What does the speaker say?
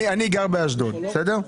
אני גר באשדוד, בסדר?